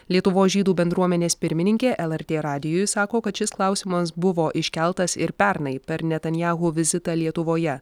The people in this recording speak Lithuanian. lietuvos žydų bendruomenės pirmininkė lrt radijui sako kad šis klausimas buvo iškeltas ir pernai per netanyahu vizitą lietuvoje